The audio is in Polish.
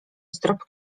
strop